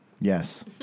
Yes